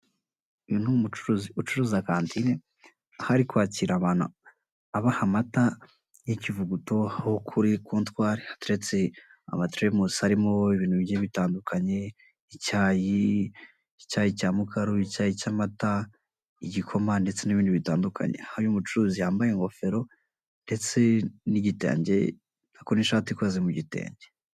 Uyu ni umucuruzi ucuruza kantine, aho ari kwakira abantu abaha amata y'ikivuguto aho kuri kontwari hateretse amateremusi arimo ibintu bigiye bitandukanye, icyayi, icyayi cya mukaru, icyayi cy'amata, igikoma ndetse n'ibindi bitandukanye. Aho uyu mucuruzi yambaye ingofero ndetse n'igitenge n'ako n'ishati ikoze mu gitenge.